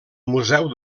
museu